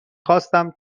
خواستم